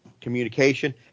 communication